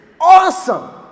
awesome